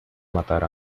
matar